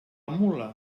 mula